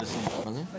בסדר.